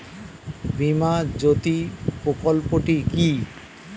বীমা জ্যোতি প্রকল্পটি কি?